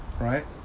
Right